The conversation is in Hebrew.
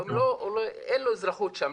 אין לו אזרחות שם.